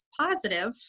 positive